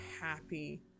happy